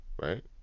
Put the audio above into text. right